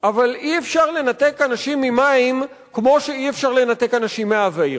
אבל אי-אפשר לנתק אנשים ממים כמו שאי-אפשר לנתק אנשים מאוויר.